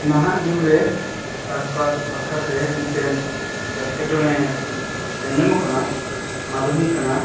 ᱱᱟᱦᱟᱜ ᱡᱩᱜᱽ ᱨᱮ ᱪᱟᱥ ᱵᱟᱥ ᱵᱟᱠᱷᱨᱟ ᱛᱮ ᱢᱤᱫᱴᱮᱱᱮᱴᱠᱮ ᱴᱚᱬᱮ ᱧᱮᱞ ᱧᱟᱢᱚᱜ ᱠᱟᱱᱟ ᱚᱱᱟ ᱫᱚ ᱦᱩᱭᱩᱜ ᱠᱟᱱᱟ